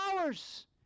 hours